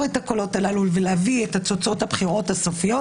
את הקולות הללו ולהביא את תוצאות הבחירות הסופיות.